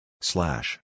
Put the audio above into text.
Slash